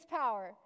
power